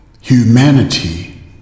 humanity